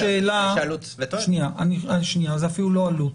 --- עלות --- זה אפילו לא עלות.